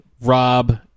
Rob